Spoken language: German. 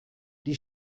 die